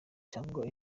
cyangwa